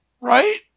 Right